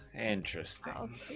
Interesting